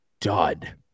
dud